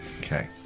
Okay